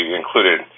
included